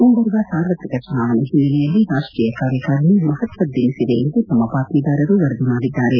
ಮುಂಬರುವ ಸಾರ್ವತ್ರಿಕ ಚುನಾವಣೆ ಹಿನ್ನೆಲೆಯಲ್ಲಿ ರಾಷ್ಟೀಯ ಕಾರ್ಯಕಾರಿಣಿ ಮಹತ್ವದ್ದೆನಿಸಿದೆ ಎಂದು ನಮ್ಮ ಬಾತ್ಮೀದಾರರು ವರದಿ ಮಾಡಿದ್ದಾರೆ